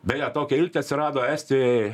beje tokia eiliutė atsirado estijoj